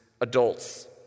adults